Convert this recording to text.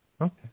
Okay